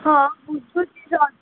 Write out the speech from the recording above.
ହଁ ବୁଝୁଛି ସାର୍